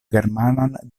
germanan